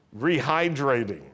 rehydrating